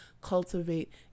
cultivate